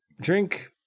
Drink